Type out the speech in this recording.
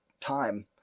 time